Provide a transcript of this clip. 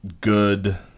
good